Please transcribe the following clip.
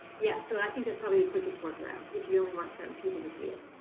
yeah, so i think that's probably the quickest work-around if you only want certain people to see it.